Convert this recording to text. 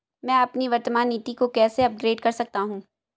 मैं अपनी वर्तमान नीति को कैसे अपग्रेड कर सकता हूँ?